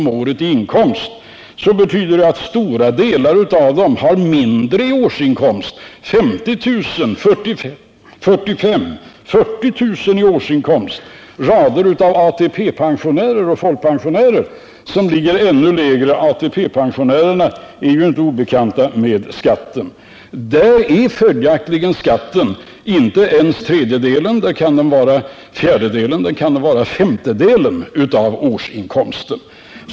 om året i inkomst betyder det, att stor delar av dem har en mindre årsinkomst. Det är många som har 50 000, 45 000 eller 40 000 i årsinkomst. Raderav ATP pensionärer och folkpensionärer ligger ännu lägre - även ATP-pensionärerna betalar ju skatt. I dessa lägen är skatten inte en tredjedel utan kan utgöra en fjärdedel eller en femtedel av årsinkomsten.